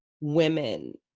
women